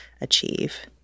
achieve